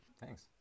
Thanks